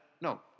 no